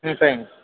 ம் சரிங்க